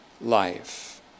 life